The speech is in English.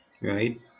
right